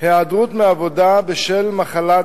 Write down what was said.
היעדרות מעבודה בשל מחלת